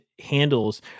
handles